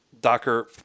Docker